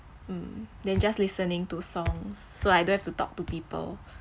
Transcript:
mm then just listening to songs so I don't have to talk to people